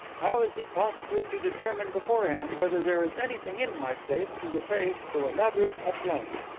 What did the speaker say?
how is he possibly to determine beforehand whether there is anything in my safe to repay so elaborate a plant?